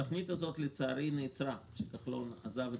לצערי התוכנית הזאת נעצרה כאשר כחלון עזב את